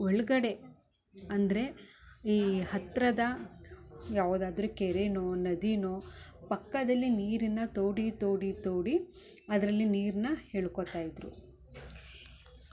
ಒಳಗಡೆ ಅಂದರೆ ಈ ಹತ್ತಿರದ ಯಾವ್ದಾದರೂ ಕೆರೆನೋ ನದಿನೋ ಪಕ್ಕದಲ್ಲಿ ನೀರನ್ನ ತೋಡಿ ತೋಡಿ ತೋಡಿ ಅದರಲ್ಲಿ ನೀರನ್ನ ಎಳ್ಕೊತಾ ಇದ್ದರು